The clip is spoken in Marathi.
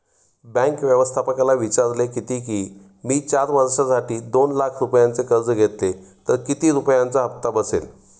बँक व्यवस्थापकाला विचारले किती की, मी चार वर्षांसाठी दोन लाख रुपयांचे कर्ज घेतले तर किती रुपयांचा हप्ता बसेल